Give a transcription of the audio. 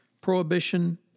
prohibition